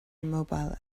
immobile